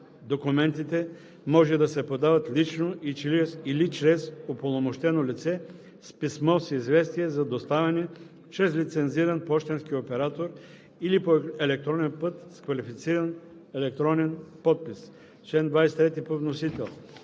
Документите може да се подават лично или чрез упълномощено лице, с писмо с известие за доставяне чрез лицензиран пощенски оператор или по електронен път с квалифициран електронен подпис.“